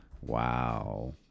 Wow